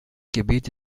gebiet